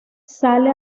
sale